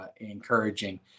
encouraging